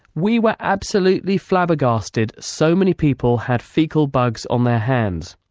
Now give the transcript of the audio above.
we were absolutely flabbergasted so many people had faecal bugs on their hands.